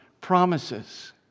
promises